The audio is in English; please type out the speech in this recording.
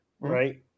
right